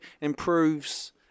improves